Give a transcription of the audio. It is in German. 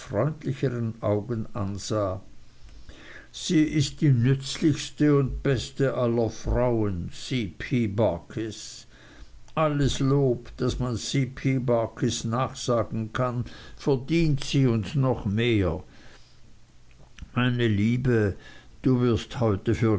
freundlicheren augen ansah sie ist die nützlichste und beste aller frauen c p barkis alles lob das man c p barkis nachsagen kann verdient sie und noch mehr meine liebe du wirst heute für